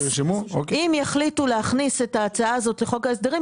אם יחליטו להכניס את ההצעה הזאת לחוק ההסדרים,